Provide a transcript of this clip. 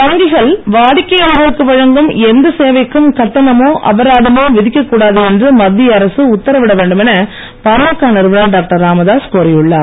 வங்கிகள் வாடிக்கையாளர்களுக்கு வழங்கும் எந்த சேவைக்கும் கட்டணமோ அபராதமோ விதிக்கக் கூடாது என்று மத்திய அரசு உத்தரவிட வேண்டும் என பாமக நிறுவனர் டாக்டர் ராமதாஸ் கோரியுள்ளார்